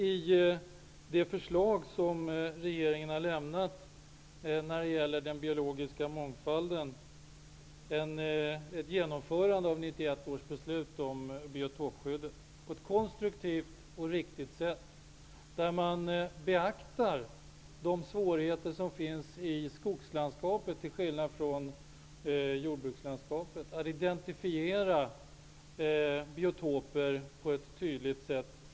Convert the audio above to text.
I det förslag som regeringen har avlämnat när det gäller den biologiska mångfalden finns ett genomförande av 1991 års beslut om biotopskyddet på ett konstruktivt och riktigt sätt. Man beaktar de svårigheter som finns i skogslandskapet, till skillnad från jordbrukslandskapet, och där man kan identifiera biotoper på ett tydligt sätt.